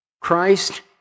Christ